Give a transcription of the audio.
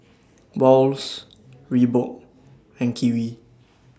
Wall's Reebok and Kiwi